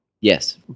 Yes